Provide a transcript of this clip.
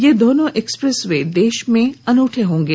ये दोनों expressway देश में अनुठे होंगे